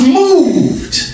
moved